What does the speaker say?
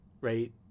right